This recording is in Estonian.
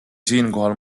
siinkohal